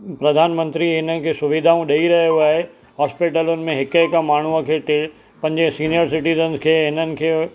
प्रधान मंत्री हिननि खे सुविधाऊं ॾेइ रहियो आहे होस्पिटलुनि में हिकु हिकु माण्हूंअ खे टे पंजे सीनियर सिटिज़न खे इन्हनि खे